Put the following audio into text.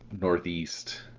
northeast